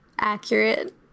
accurate